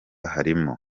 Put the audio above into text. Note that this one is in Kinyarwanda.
harimo